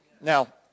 Now